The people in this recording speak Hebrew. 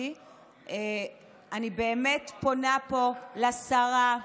אני באמת פונה פה לשרה: